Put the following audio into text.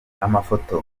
amafoto